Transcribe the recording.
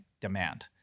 demand